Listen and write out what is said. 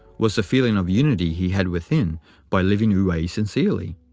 was the feeling of unity he had within by living wu-wei sincerely.